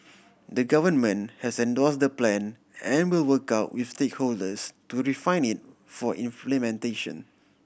the Government has endorsed the Plan and will work out with stakeholders to refine it for implementation